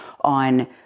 on